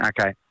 okay